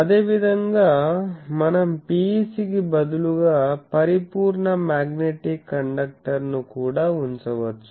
అదేవిధంగా మనం PEC కి బదులుగా పరిపూర్ణ మ్యాగ్నెటిక్ కండక్టర్ను కూడా ఉంచవచ్చు